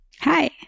Hi